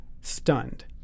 stunned